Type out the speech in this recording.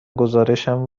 گزارشم